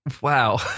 Wow